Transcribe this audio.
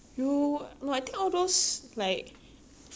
flare flare skirts right looks nice on everyone [what]